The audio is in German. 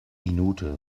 minute